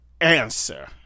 answer